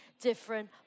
different